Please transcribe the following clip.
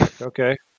Okay